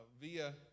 via